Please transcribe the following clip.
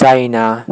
China